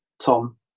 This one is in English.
tom